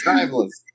Timeless